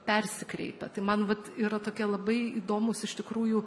persikreipia tai man vat yra tokia labai įdomūs iš tikrųjų